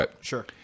Sure